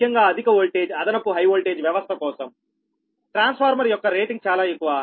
ముఖ్యంగా అధిక వోల్టేజ్ అదనపు హై వోల్టేజ్ వ్యవస్థ కోసం ట్రాన్స్ఫార్మర్ యొక్క రేటింగ్ చాలా ఎక్కువ